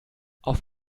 auf